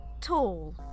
tall